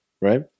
right